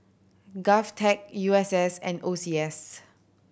GovTech U S S and O C S